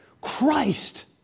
Christ